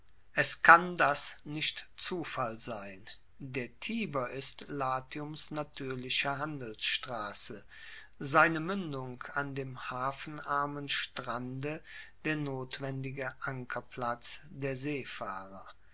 es kann das nicht zufall sein der tiber ist latiums natuerliche handelsstrasse seine muendung an dem hafenarmen strande der notwendige ankerplatz der seefahrer